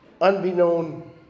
unbeknown